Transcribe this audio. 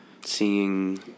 seeing